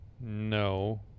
no